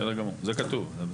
בסדר גמור, זה כתוב.